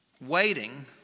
Waiting